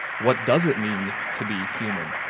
what does it mean to be human?